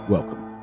Welcome